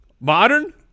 Modern